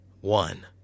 One